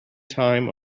time